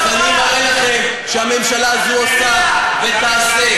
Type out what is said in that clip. אני אראה לכם שהממשלה הזאת עושה ותעשה.